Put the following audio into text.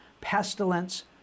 pestilence